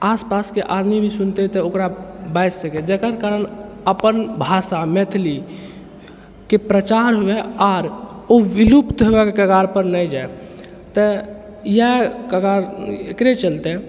आसपासके आदमी भी सुनतै तऽ ओकरा बाजि सकै जकर कारण अपन भाषा मैथिलीके प्रचार हुअए आओर ओ विलुप्त होबैके कगारपर नहि जाइ तऽ इएह कगार एकरे चलते